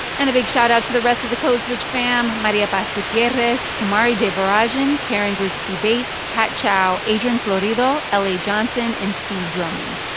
and a big shoutout to the rest of the code switch fam maria paz gutierrez, kumari devarajan, karen grigsby bates, kat chow, adrian florido, la johnson and steve drummond.